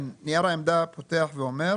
כן, נייר העמדה פותח ואומר: